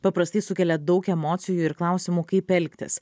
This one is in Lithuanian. paprastai sukelia daug emocijų ir klausimų kaip elgtis